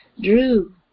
drew